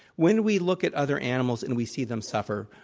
when we look at other animals, and we see them suffer,